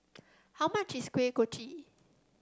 how much is Kuih Kochi